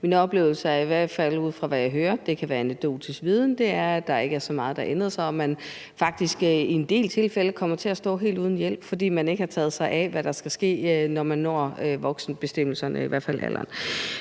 Min oplevelse er i hvert fald – ud fra, hvad jeg hører; det kan være anekdotisk viden – at der ikke er så meget, der har ændret sig, og at man faktisk i en del tilfælde kommer til at stå helt uden hjælp, fordi man ikke har taget sig af, hvad der skal ske, når man aldersmæssigt når voksenbestemmelserne. Nu har jeg